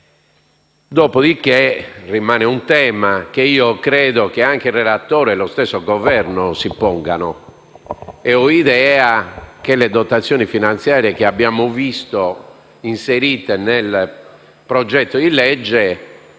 comunali. Rimane un tema che credo che anche il relatore e lo stesso Governo si pongano: ho idea che le dotazioni finanziarie che abbiamo visto inserite nel progetto di legge